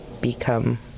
become